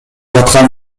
аткан